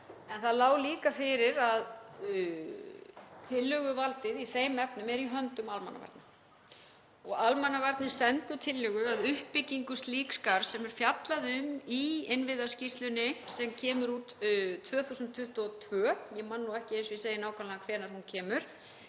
Það lá líka fyrir að tillöguvaldið í þeim efnum er í höndum almannavarna og almannavarnir sendu tillögu að uppbyggingu slíks garðs sem er fjallað um í innviðaskýrslunni sem kom út 2022, ég man nú ekki, eins og ég segi, nákvæmlega hvenær hún kom.